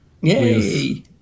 Yay